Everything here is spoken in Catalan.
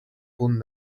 punts